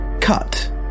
cut